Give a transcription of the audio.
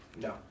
No